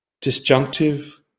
disjunctive